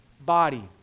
body